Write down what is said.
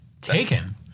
Taken